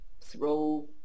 throw